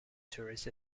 tourist